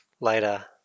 later